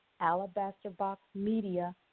alabasterboxmedia